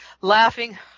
laughing